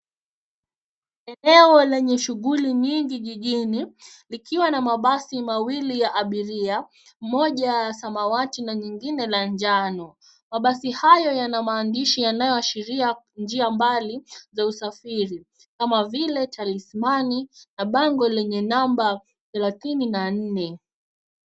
Eneo lenye shughuli nyingi jijini likiwa na mabasi mawili ya abiria. Moja samawati na lingine njano. Mabasi hayo yana maandishi yanayoashiria njia mbali za usafiri kama vile talismani na bango lenye namba thelathini na nne.